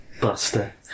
Buster